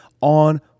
on